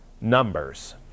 Numbers